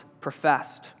professed